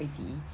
I_T_E